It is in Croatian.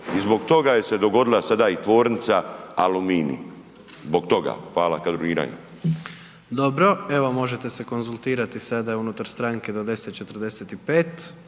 i zbog toga je se dogodila sada i tvornica Aluminij. Hvala. Kadroviranja. **Jandroković, Gordan (HDZ)** Dobro, evo, možete se konzultirati sada unutar stranke do 10,45,